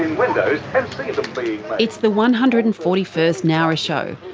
and it's the one hundred and forty first nowra show,